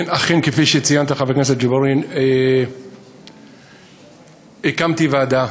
אכן, כפי שציינת, חבר הכנסת ג'בארין, הקמתי ועדה